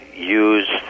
use